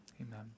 Amen